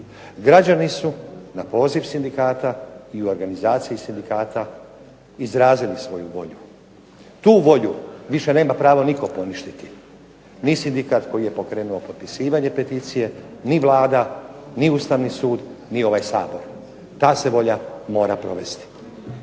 Građani su na poziv sindikata i u organizaciji sindikata izrazili svoju volju. Tu volju više nema pravo nitko poništit, ni sindikat koji je pokrenuo potpisivanje peticije, ni Vlada, ni Ustavni su, ni ovaj Sabor. Ta se volja mora provesti.